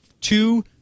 two